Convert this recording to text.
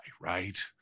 right